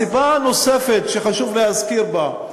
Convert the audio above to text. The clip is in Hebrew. הסיבה הנוספת שחשוב להזכיר היא,